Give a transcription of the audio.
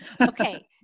Okay